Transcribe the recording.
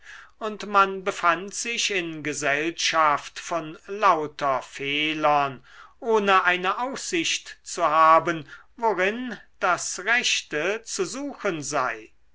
und man befand sich in gesellschaft von lauter fehlern ohne eine aussicht zu haben worin das rechte zu suchen sei